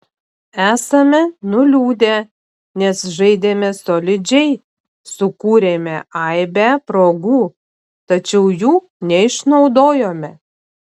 esame nuliūdę nes žaidėme solidžiai sukūrėme aibę progų tačiau jų neišnaudojome